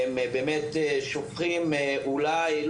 הם באמת שופכים אור